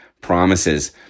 promises